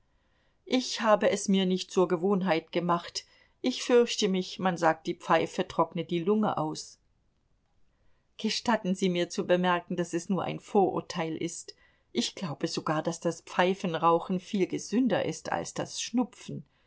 ich habe es mir nicht zur gewohnheit gemacht ich fürchte mich man sagt die pfeife trocknet die lunge aus gestatten sie mir zu bemerken daß es nur ein vorurteil ist ich glaube sogar daß das pfeifenrauchen viel gesünder ist als das schnupfen